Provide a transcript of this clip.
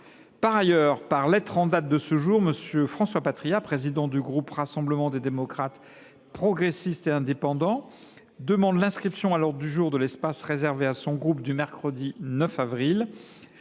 Par ailleurs, par lettre en date de ce jour, M. François Patriat, président du groupe Rassemblement des démocrates, progressistes et indépendants, demande l’inscription à l’ordre du jour de l’espace réservé à ce groupe, le mercredi 9 avril,